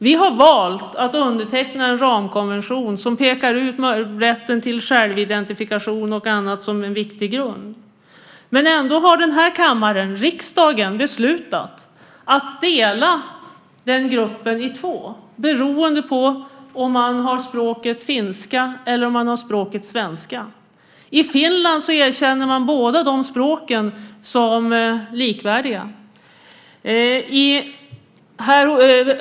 Vi har valt att underteckna en ramkonvention där rätten till självidentifikation och annat som en viktig grund pekas ut. Ändå har denna kammare, riksdagen, beslutat att dela den gruppen i två beroende på om man har språket finska eller om man har språket svenska. I Finland erkänner man båda de språken som likvärdiga.